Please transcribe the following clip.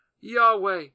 Yahweh